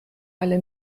alle